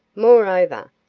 moreover,